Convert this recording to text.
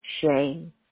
shame